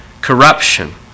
corruption